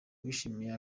yishimiye